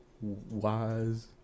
wise